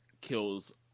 kills